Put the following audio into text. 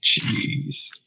Jeez